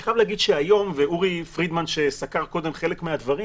אני חייב להגיד שהיום ואורי פרידמן שסקר קודם חלק מן הדברים